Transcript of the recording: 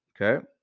Okay